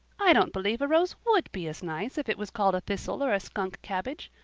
i don't believe a rose would be as nice if it was called a thistle or a skunk cabbage.